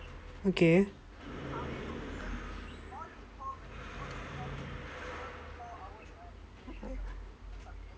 okay